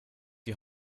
die